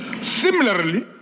Similarly